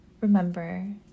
remember